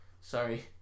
Sorry